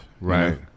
Right